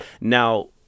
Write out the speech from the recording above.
Now